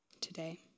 today